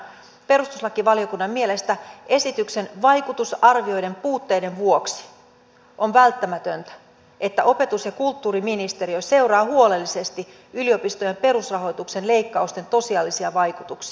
perustuslakivaliokunnan mielestä esityksen vaikutusarvioiden puutteiden vuoksi on välttämätöntä että opetus ja kulttuuriministeriö seuraa huolellisesti yliopistojen perusrahoituksen leikkausten tosiasiallisia vaikutuksia